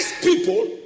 people